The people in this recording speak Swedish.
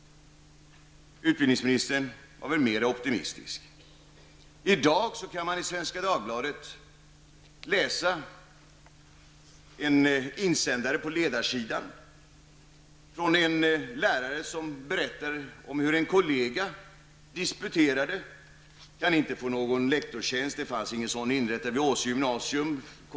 Utbildningsministern var väl mer optimistisk. I dag kan man i Svenska Dagbladet läsa en insändare på ledarsidan från en lärare som berättar om hur en kollega disputerade. Denna lärare kunde inte få någon lektorstjänst, eftersom det inte fanns någon sådan inrättad vid Åsö vuxengymnasium.